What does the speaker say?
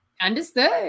Understood